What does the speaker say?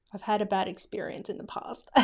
i've had a bad experience in the past. ah